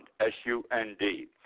S-U-N-D